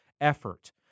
effort